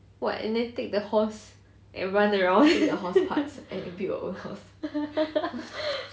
what and then take the horse and run around